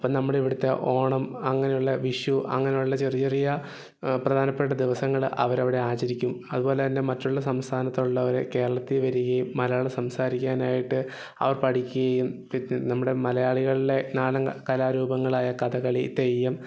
അപ്പം നമ്മുടെ ഇവിടുത്തെ ഓണം അങ്ങനെയുള്ള വിഷു അങ്ങനെയുള്ള ചെറിയ ചെറിയ പ്രധാനപ്പെട്ട ദിവസങ്ങൾ അവരവിടെ ആചരിക്കും അതുപോലെ തന്നെ മറ്റുള്ള സംസ്ഥാനത്തുള്ളവർ കേരളത്തിൽ വരികയും മലയാളം സംസാരിക്കാനായിട്ട് അവർ പഠിക്കുകയും നമ്മുടെ മലയാളികളുടെ നാടൻ കലാരൂപങ്ങളായ കഥകളി തെയ്യം